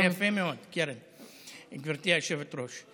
זה יפה מאוד, קרן, גברתי היושבת-ראש.